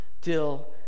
till